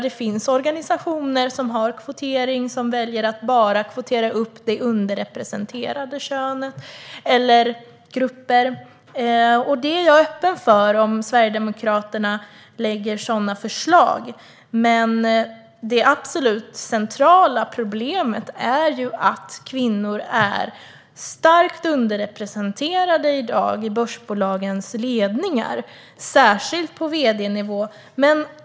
Det finns organisationer som arbetar med kvotering som väljer att bara kvotera upp det underrepresenterade könet eller underrepresenterade grupper. Om Sverigedemokraterna lägger fram sådana förslag är jag öppen för det, men det absolut centrala problemet är ju att kvinnor i dag är starkt underrepresenterade i börsbolagens ledningar, särskilt på vd-nivå.